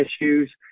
issues